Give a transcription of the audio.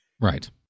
Right